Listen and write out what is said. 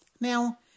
Now